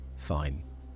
Fine